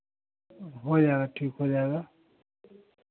हो जाएगा ठीक हो जाएगा